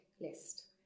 list